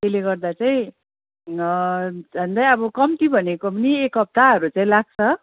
त्यसले गर्दा चाहिँ झन्डै अब कम्ती भनेको पनि एक हप्ताहरू चाहिँ लाग्छ